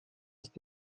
ist